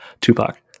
Tupac